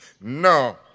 No